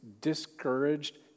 discouraged